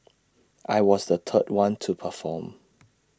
I was the third one to perform